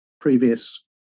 previous